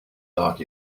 dark